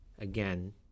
again